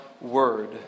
word